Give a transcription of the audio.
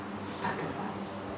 Sacrifice